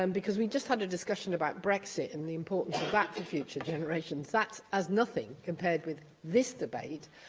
um because we've just had a discussion about brexit and the importance of that to future generations. that's as nothing compared with this debate.